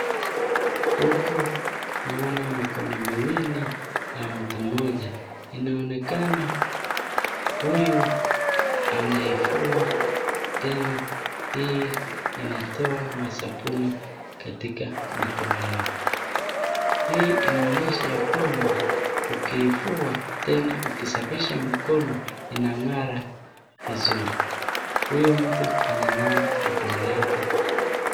Huku naona mikono miwili ya mtu mmoja. Inaonekana huyu anaifua tena, hii inatoa masabuni katika mikono yake. Hii inaonyesha ya kwamba, ukiifua tena ukisafisha mkono, inang'ara vizuri. Huyu mtu ananawa mikono yake.